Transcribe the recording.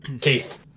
Keith